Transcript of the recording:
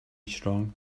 strong